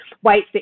white